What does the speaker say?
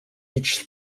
each